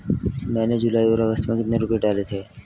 मैंने जुलाई और अगस्त में कितने रुपये डाले थे?